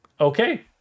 Okay